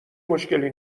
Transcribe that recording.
مشکلی